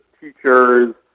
teachers